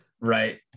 right